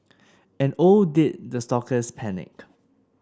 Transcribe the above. and oh did the stalkers panic